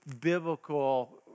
biblical